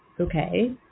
Okay